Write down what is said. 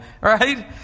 Right